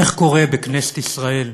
איך קורה שכנסת ישראל,